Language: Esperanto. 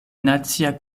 nacia